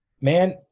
man